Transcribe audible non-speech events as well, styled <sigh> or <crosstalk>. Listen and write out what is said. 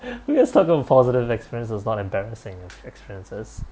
<laughs> we was talking about positive experiences not embarrassing experiences